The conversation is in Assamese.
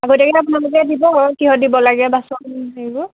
আগতীয়াকৈ আপোনালোকে দিব আৰু কিহত দিব লাগে বাচন সেইবোৰ